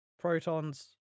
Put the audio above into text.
protons